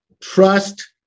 trust